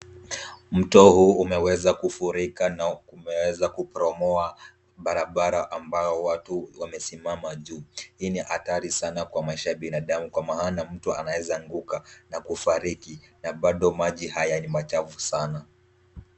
Mto huu umeweza kufurika na umeweza kuporomowa barabara ambayo watu wamesimama juu, hii ni hatari sana kwa maisha ya binadamu kwa maana mtu anaeza anguka na kufariki na bado maji haya ni machafu sana.